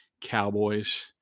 Cowboys